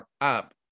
up